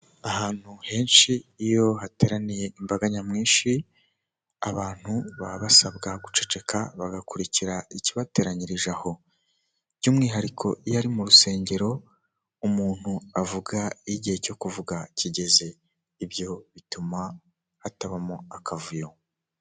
Ahantu henshi iyo hateraniye imbaga nyamwinshi, abantu baba basabwa guceceka, bagakurikira ikibateranyirije aho. By'umwihariko iyo ari mu rusengero, umuntu avuga iyo igihe cyo kuvuga kigeze. Ibyo bituma hatabamo akavuyo.